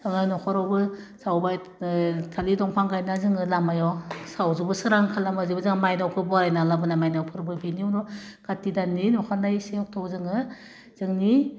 सावनानै न'खरावबो सावबाय ओह थालिर दंफां गायनानै जोङो लामायाव सावजोबो सोरां खालामहोजोबो जोंहा मायनावखौ बरायना लाबोना मायनाव फोरबो बेनि उनाव खाथि दाननि अखानायै से अक्ट'आव जोङो जोंनि